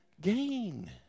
Gain